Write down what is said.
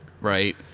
right